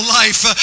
life